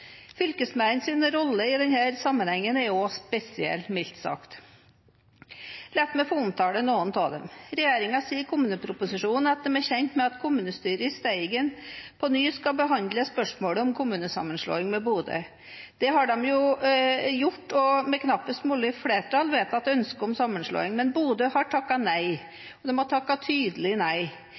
rolle i denne sammenheng er mildt sagt spesiell. La meg få omtale noen av sakene. Regjeringen sier i kommuneproposisjonen at den er kjent med at kommunestyret i Steigen på ny skal behandle spørsmålet om kommunesammenslåing med Bodø. Det har de gjort og med knappest mulig flertall vedtatt ønske om sammenslåing, mens Bodø har takket nei. De har takket tydelig nei.